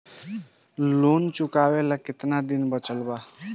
Loan चुकावे ला कितना दिन बचल बा?